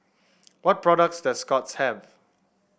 what products does Scott's have